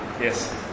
yes